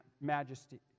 majesty